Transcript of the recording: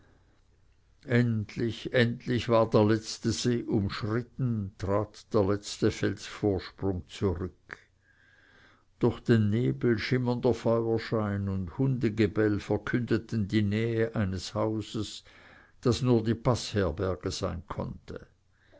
endlich endlich war der letzte see umschritten trat der letzte felsvorsprung zurück durch den nebel schimmernder feuerschein und hundegebell verkündeten die nähe eines hauses das nur die paßherberge sein konnte